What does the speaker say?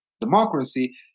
democracy